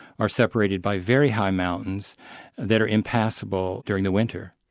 are separated by very high mountains that are impassable during the winter.